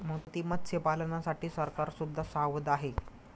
मोती मत्स्यपालनासाठी सरकार सुद्धा सावध आहे